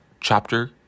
chapter